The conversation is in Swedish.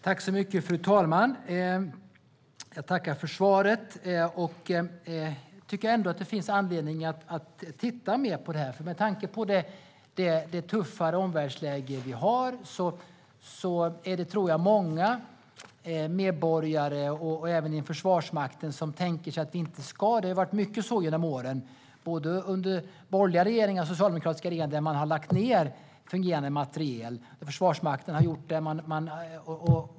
Fru talman! Jag tackar för svaret. Jag tycker ändå att det finns anledning att titta mer på det här med tanke på det tuffare omvärldsläget. Det har varit mycket så genom åren, både under borgerliga regeringar och socialdemokratiska regeringar, att man har lagt ned fungerande materiel, och Försvarsmakten har också gjort det.